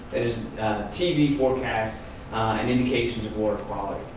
that is tv forecasts and indications of water quality.